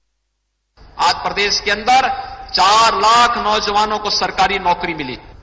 bite आज प्रदेश के अंदर चार लाख नौजवानों को सरकारी नौकरी मिली है